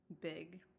big